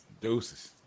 Deuces